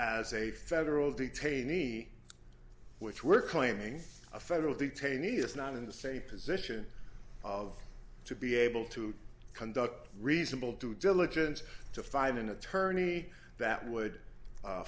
as a federal detainee which we're claiming a federal detainee is not in the same position of to be able to conduct reasonable to diligence to find an attorney that would